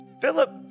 Philip